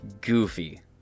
goofy